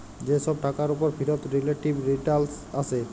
যে ছব টাকার উপর ফিরত রিলেটিভ রিটারল্স আসে